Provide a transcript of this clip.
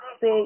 say